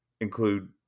include